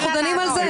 אנחנו דנים על זה.